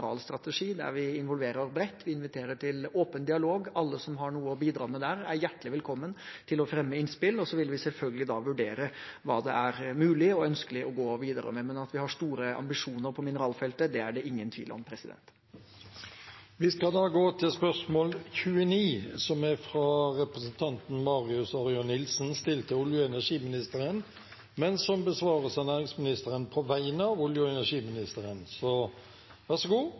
der vi involverer bredt. Vi inviterer til åpen dialog. Alle som har noe å bidra med der, er hjertelig velkommen til å fremme innspill. Og vi vil selvfølgelig da vurdere hva det er mulig og ønskelig å gå videre med. Men at vi har store ambisjoner på mineralfeltet, er det ingen tvil om. Vi skal da gå til spørsmål 29. Dette spørsmålet, fra representanten Marius Arion Nilsen til olje- og energiministeren, besvares av næringsministeren på vegne av olje- og energiministeren,